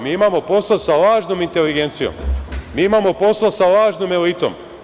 Mi imamo posla sa lažnom inteligencijom, mi imamo posla sa lažnom elitom.